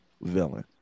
villain